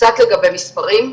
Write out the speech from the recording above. קצת לגבי מספרים,